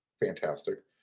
Fantastic